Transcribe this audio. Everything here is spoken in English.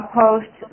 post